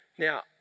Now